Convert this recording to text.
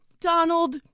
donald